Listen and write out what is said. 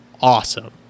awesome